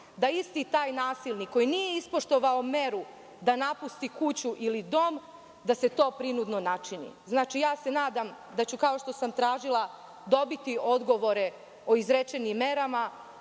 da isti taj nasilnik koji nije ispoštovao meru da napusti kuću ili dom da se to prinudno načini? Nadam se da ću kao što sam tražila dobiti odgovore o izrečenim merama,